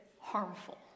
harmful